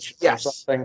yes